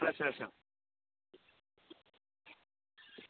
अच्छा अच्छा